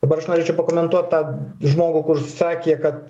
dabar aš norėčiau pakomentuot tą žmogų kur sakė kad